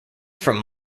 from